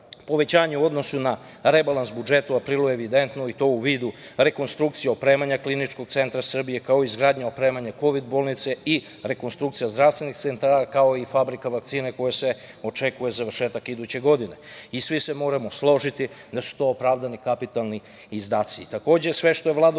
povećanje u odnosu na rebalans budžeta u aprilu je evidentno i to u vidu rekonstrukcije opremanja Kliničkog centra Srbije, kao i izgradnja opremanja Kovid bolnice i rekonstrukcija zdravstvenih centara, kao i fabrika vakcine, kojoj se očekuje završetak iduće godine. Svi se moramo složiti da su to opravdani kapitalni izdaci. Takođe,